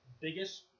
biggest